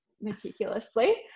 meticulously